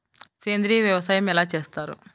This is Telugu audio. సేంద్రీయ వ్యవసాయం ఎలా చేస్తారు?